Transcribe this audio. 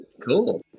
Cool